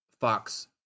fox